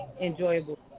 enjoyable